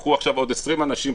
קחו עכשיו עוד 20 אנשים,